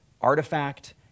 artifact